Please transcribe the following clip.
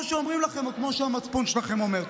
שאומרים לכם או כמו שהמצפון שלכם אומר.